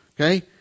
okay